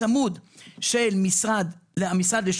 תיקון התשפ"ב-2022.